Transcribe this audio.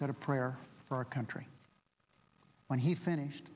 said a prayer for our country when he finished